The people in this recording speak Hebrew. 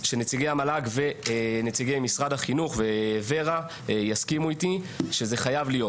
המל"ג ונציגי משרד החינוך וור"ה יסכימו איתי שזה חייב להיות.